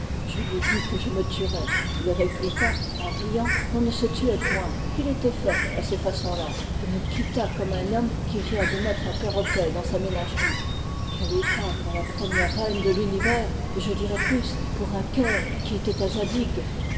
je lui dis que je me tuerais il répliqua en riant qu'on ne se tuait point qu'il était fait à ces façons là et me quitta comme un homme qui vient de mettre un perroquet dans sa ménagerie quel état pour la première reine de l'univers et je dirai plus pour un coeur qui était